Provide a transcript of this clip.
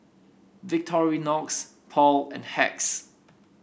Victorinox Paul and Hacks